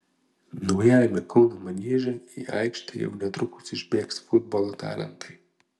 naujajame kauno manieže į aikštę jau netrukus išbėgs futbolo talentai